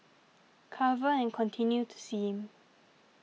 cover and continue to steam